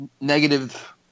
negative